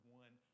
one